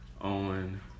on